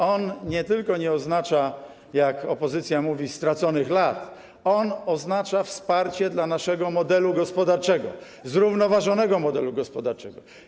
On nie tylko nie oznacza, jak mówi opozycja, straconych lat, on oznacza wsparcie dla naszego modelu gospodarczego, zrównoważonego modelu gospodarczego.